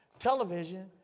Television